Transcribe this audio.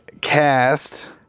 cast